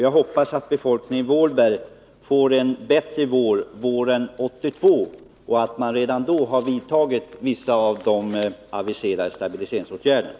Jag hoppas att befolkningen i Vålberg får en bättre vår 1982 och att man då redan har vidtagit vissa av de aviserade stabiliseringsåtgärderna.